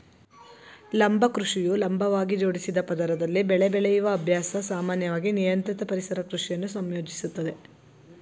ಲಂಬ ಕೃಷಿಯು ಲಂಬವಾಗಿ ಜೋಡಿಸಿದ ಪದರದಲ್ಲಿ ಬೆಳೆ ಬೆಳೆಯುವ ಅಭ್ಯಾಸ ಸಾಮಾನ್ಯವಾಗಿ ನಿಯಂತ್ರಿತ ಪರಿಸರ ಕೃಷಿಯನ್ನು ಸಂಯೋಜಿಸುತ್ತದೆ